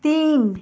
তিন